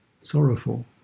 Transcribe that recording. sorrowful